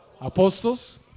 apostles